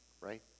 Right